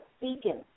beacon